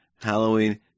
Halloween